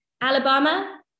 Alabama